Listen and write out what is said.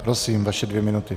Prosím, vaše dvě minuty.